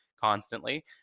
constantly